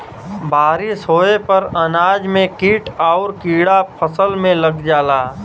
बारिस होये पर अनाज में कीट आउर कीड़ा फसल में लग जाला